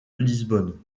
lisbonne